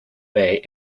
bay